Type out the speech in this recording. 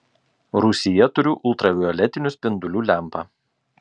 rūsyje turiu ultravioletinių spindulių lempą